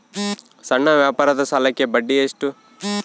ಸಣ್ಣ ವ್ಯಾಪಾರದ ಸಾಲಕ್ಕೆ ಬಡ್ಡಿ ಎಷ್ಟು?